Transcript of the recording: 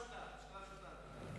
שאלה פשוטה, שאלה פשוטה, אדוני.